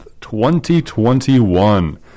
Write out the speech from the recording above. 2021